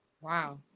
Wow